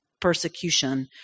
persecution